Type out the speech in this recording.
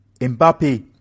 Mbappe